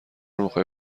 میخوای